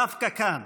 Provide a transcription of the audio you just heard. דווקא כאן,